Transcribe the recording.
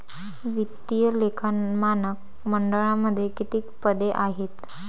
वित्तीय लेखा मानक मंडळामध्ये किती पदे आहेत?